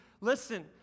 Listen